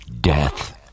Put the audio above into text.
death